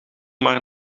maar